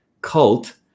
cult